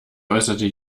äußerte